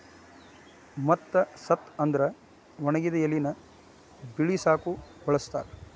ಮತ್ತ ಸತ್ತ ಅಂದ್ರ ಒಣಗಿದ ಎಲಿನ ಬಿಳಸಾಕು ಬಳಸ್ತಾರ